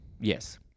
Yes